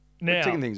Now